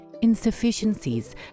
insufficiencies